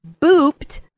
booped